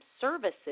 services